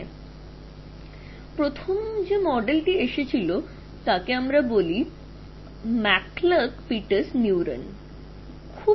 এটিই ছিল প্রথম মডেল যা আসলে আমরা ম্যাককুলোক পিটস নিউরন বলে জানি